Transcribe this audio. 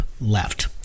left